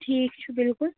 ٹھیٖک چھُ بلکل